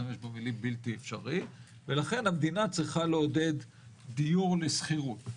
ולכן המדינה צריכה לעודד דיור לשכירות.